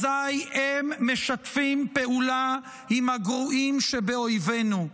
אזי הם משתפים פעולה עם הגרועים שבאויבינו.